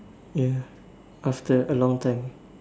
ya after a long time